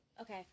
Okay